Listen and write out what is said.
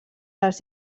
les